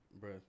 bro